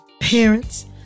Parents